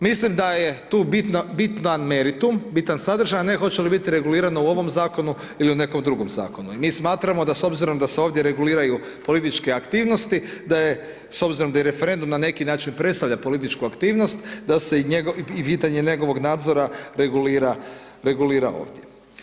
Mislim da je tu bitno meritum, bitan sadržaj, a ne hoće li biti regulirano u ovom Zakonu ili u nekom drugom Zakonu i mi smatramo da s obzirom da se ovdje reguliraju političke aktivnosti, da je s obzirom da i referendum na neki predstavlja političku aktivnost, da se i pitanje njegovog nadzora regulira ovdje.